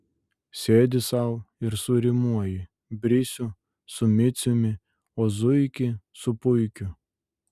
sėdi sau ir surimuoji brisių su miciumi o zuikį su puikiu